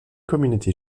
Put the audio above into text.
communauté